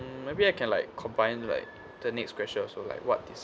maybe I can like combine right the next question also like what